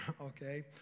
okay